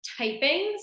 typings